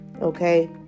Okay